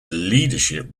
leadership